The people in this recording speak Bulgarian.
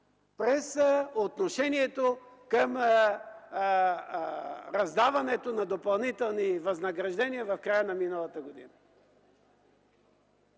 през отношението към раздаването на допълнителни възнаграждения в края на миналата година.